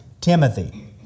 Timothy